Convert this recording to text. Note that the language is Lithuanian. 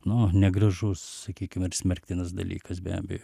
nu negražu sakykim ar smerktinas dalykas be abejo